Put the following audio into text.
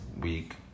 week